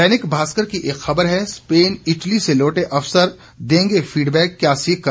दैनिक भास्कर की एक ख़बर है स्पेन इटली से लौटे अफसर देंगे फीडबैक क्या सीखकर आए